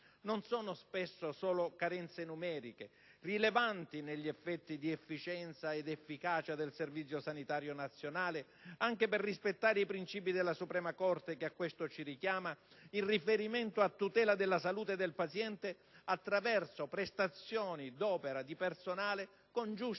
non sono solo carenze numeriche, rilevanti negli effetti di efficienza ed efficacia del Servizio sanitario nazionale, anche per rispettare i principi della Suprema Corte, che a questo ci richiama, in riferimento alla tutela della salute del paziente attraverso prestazioni d'opera di personale con giuste